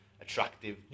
attractive